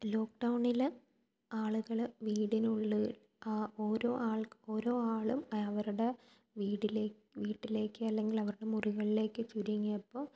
ലോക്ക്ഡൗണിൽ ആളുകൾ വീടിനുള്ളിൽ ഓരോ ആൾക്ക് ഓരോ ആളും അവരുടെ വീടുകളിലേക്ക് ചുരുങ്ങിയപ്പോൾ